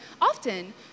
often